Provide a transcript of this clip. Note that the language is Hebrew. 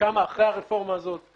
קמה אחרי הרפורמה הזאת.